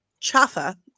Chaffa